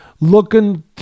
looking